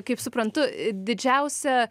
kaip suprantu didžiausia